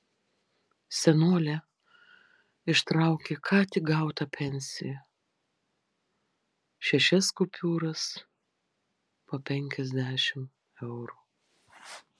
senolė ištraukė ką tik gautą pensiją šešias kupiūras po penkiasdešimt eurų